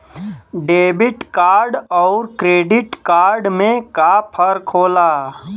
Debit card अउर credit card में का फर्क होला?